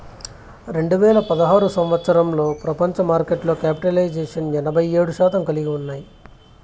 రెండు వేల పదహారు సంవచ్చరంలో ప్రపంచ మార్కెట్లో క్యాపిటలైజేషన్ ఎనభై ఏడు శాతం కలిగి ఉన్నాయి